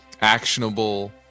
actionable